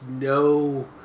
no